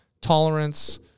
tolerance